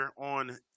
on